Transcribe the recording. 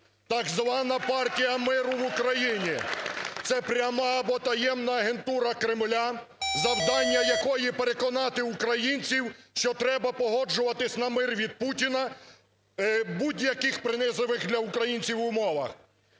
Так звана "партія миру в Україні" – це пряма або таємна агентура Кремля, завдання якої – переконати українців, що треба погоджуватися на "мир від Путіна", будь-яких принизливих для українців умовах.